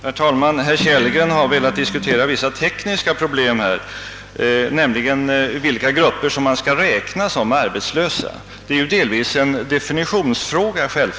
Herr talman! Herr Kellgren har velat diskutera vissa tekniska problem, nämligen vilka grupper som skall räknas som arbetslösa. Detta är självfallet delvis en definitionsfråga.